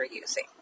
using